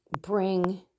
Bring